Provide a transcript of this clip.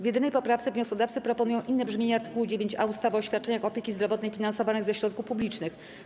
W jedynej poprawce wnioskodawcy proponują inne brzmienie art. 9a ustawy o świadczeniach opieki zdrowotnej finansowanych ze środków publicznych.